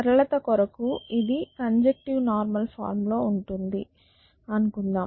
సరళత కొరకు ఇది కంజక్టీవ్ నార్మల్ ఫార్మ్ లో ఉంది అనుకుందాం